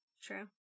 True